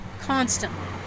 constantly